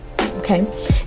okay